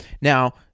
Now